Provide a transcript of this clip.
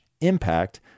impact